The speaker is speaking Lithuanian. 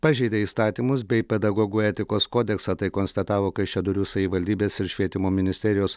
pažeidė įstatymus bei pedagogų etikos kodeksą tai konstatavo kaišiadorių savivaldybės ir švietimo ministerijos